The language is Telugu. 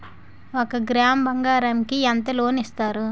ఒక గ్రాము బంగారం కి ఎంత లోన్ ఇస్తారు?